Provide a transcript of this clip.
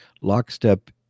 lockstep